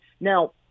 Now